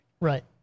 Right